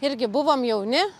irgi buvom jauni